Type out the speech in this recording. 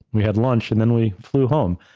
we had lunch and then we flew home.